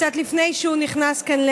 קצת לפני שהוא נכנס לכאן,